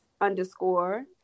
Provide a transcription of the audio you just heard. underscore